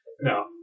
No